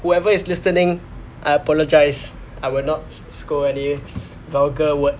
whoever is listening I apologise I will not scold any vulgar words